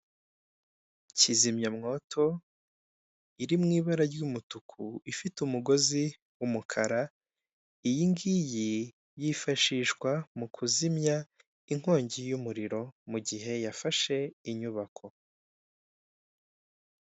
Kizimya mwoto iri mu ibara ry'umutuku ifite umugozi w'umukara, iyi ngiyi yifashishwa mu kuzimya inkongi y'umuriro mugihe yafashe inyubako.